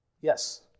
Yes